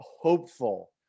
hopeful